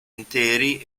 interi